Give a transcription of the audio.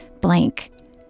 blank